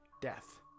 death